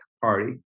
Party